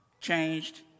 changed